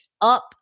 up